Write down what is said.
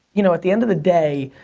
you know, at the end of the day,